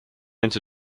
into